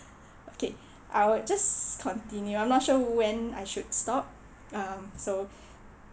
okay I will just continue I'm not sure when I should stop um so